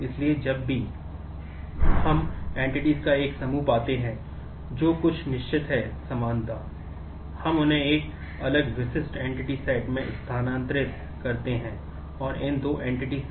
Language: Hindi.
इसलिए E R आरेख से